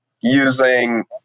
using